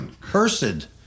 cursed